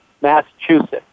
Massachusetts